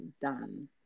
done